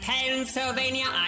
Pennsylvania